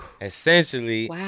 essentially